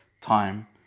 time